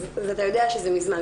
אז אתה יודע שזה מזמן,